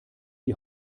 die